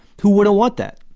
who wouldn't want that?